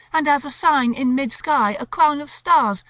and, as a sign in mid-sky, a crown of stars,